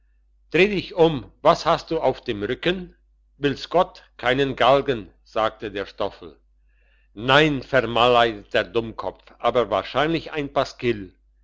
dreh dich um was hast du auf dem rücken will's gott keinen galgen sagte der stoffel nein vermaledeiter dummkopf aber wahrscheinlich ein